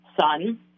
son